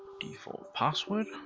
default password.